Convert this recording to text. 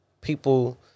People